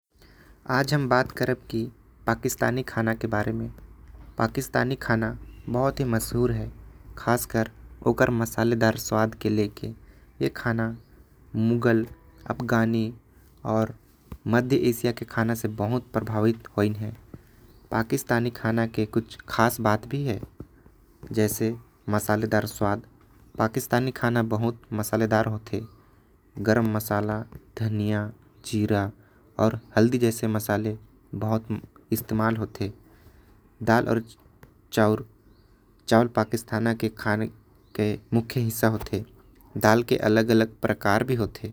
पाकिस्तानी खाना बहुत मशहूर हवे अपन मसालेदार खाना बर। एमन के खाना मुग़ल अफगानी अउ मध्य एशिया के खाना मन से बहुते प्रभावित हवे। पाकिस्तान के मसालेदार खाना ओमन के खासियत हवे। गरम मसाला, धनिया, जीरा अउ हल्दी ओमन अपन खाना म इस्तेमाल करथे। दाल अउ चावर ओमन के खाना प्रमुख हवे।